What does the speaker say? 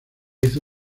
hizo